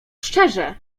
szczerze